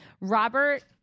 Robert